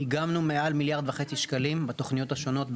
איגמנו מעל מיליארד וחצי שקלים בתוכניות השונות,